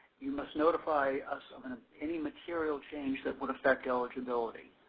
you must notify us of and any material change that would affect eligibility.